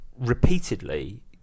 repeatedly